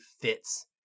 fits